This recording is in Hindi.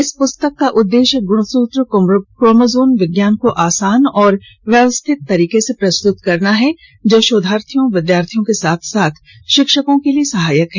इस पुस्तक का उद्देश्य गुणसुत्र क्रोमोजोम विज्ञान को आसान और व्यवस्थित तरीके से प्रस्तुत करना है जो शोधार्थियों विद्यार्थियों के साथ साथ शिक्षकों के लिए सहायक है